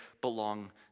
belong